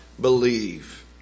believe